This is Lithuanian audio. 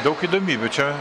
daug įdomybių čia